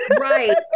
Right